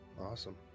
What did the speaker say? Awesome